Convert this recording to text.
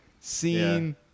scene